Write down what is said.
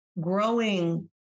growing